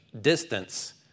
distance